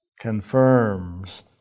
confirms